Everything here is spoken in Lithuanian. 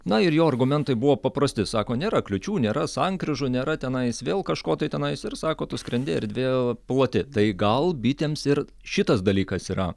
na ir jo argumentai buvo paprasti sako nėra kliūčių nėra sankryžų nėra tenais vėl kažko tai tenais ir sako tu skrendi erdvė plati tai gal bitėms ir šitas dalykas yra